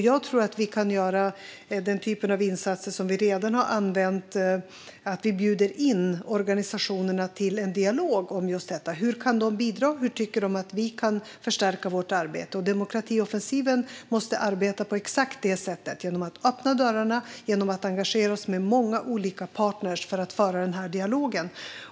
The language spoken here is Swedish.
Jag tror att vi kan göra den typ av insats som vi redan har använt och bjuda in organisationerna till en dialog om just detta. Hur kan de bidra? Hur tycker de att vi kan förstärka vårt arbete? Demokratioffensiven måste arbeta på exakt detta sätt genom att öppna dörrarna och genom att engagera sig med många olika partner för att föra denna dialog.